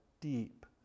deep